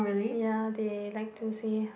ya they like to say